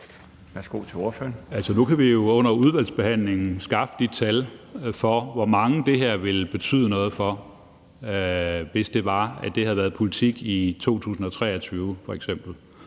Nu kan vi jo under udvalgsbehandlingen skaffe de tal på, hvor mange det her vil betyde noget for, hvis det havde været politik i f.eks.